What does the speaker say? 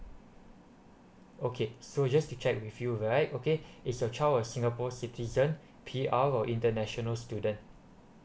okay so just to check with you right okay is your child a singapore citizen P_R or international student